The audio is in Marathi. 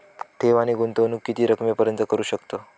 ठेव आणि गुंतवणूकी किती रकमेपर्यंत करू शकतव?